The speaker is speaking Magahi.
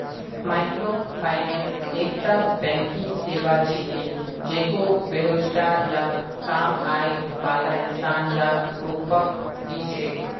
माइक्रोफाइनेंस एकता बैंकिंग सेवा छिके जेको बेरोजगार या कम आय बाला इंसान या ग्रुपक दी छेक